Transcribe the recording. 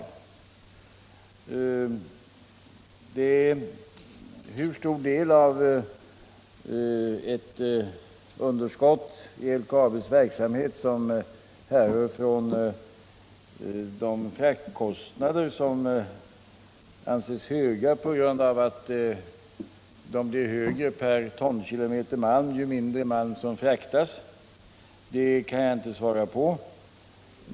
Hur stor del av underskottet i LKAB:s verksamhet som härrör från fraktkostnaderna, som anses höga på grund av att de blir högre per tonkilometer ju mindre malm som fraktas, kan jag inte svara på.